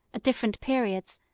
different periods,